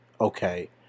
okay